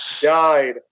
died